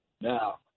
Now